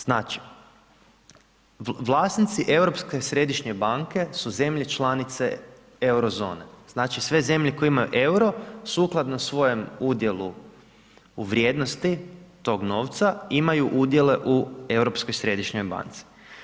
Znači vlasnici Europske središnje banke su zemlje članice eurozone, znači sve zemlje koje imaju euro sukladno svojem udjelu u vrijednosti tog novca imaju udjele u Europskoj središnjoj banci.